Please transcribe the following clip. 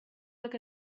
look